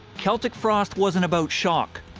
celtic frost wasn't about shock.